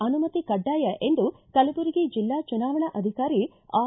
ಅನುಮತಿ ಕಡ್ಡಾಯ ಎಂದು ಕಲಬುರಗಿ ಜಿಲ್ಲಾ ಚುನಾವಣಾಧಿಕಾರಿ ಆರ್